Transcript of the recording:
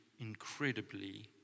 incredibly